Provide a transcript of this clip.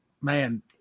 Man